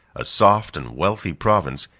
a soft and wealthy province,